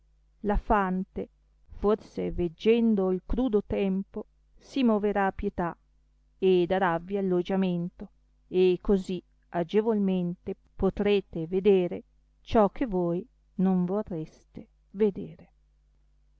la fante forse veggendo il crudo tempo si moverà a pietà e daravvi alloggiamento e così agevolmente potrete vedere ciò che voi non vorreste vedere